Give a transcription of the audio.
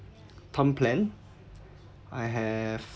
term plan I have